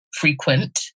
frequent